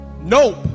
Nope